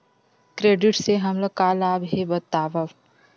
Credit से हमला का लाभ हे बतावव?